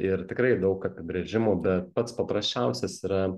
ir tikrai daug apibrėžimų bet pats paprasčiausias yra